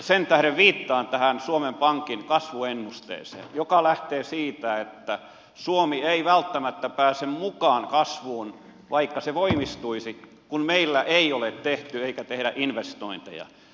sen tähden viittaan tähän suomen pankin kasvuennusteeseen joka lähtee siitä että suomi ei välttämättä pääse mukaan kasvuun vaikka se voimistuisi kun meillä ei ole tehty eikä tehdä investointeja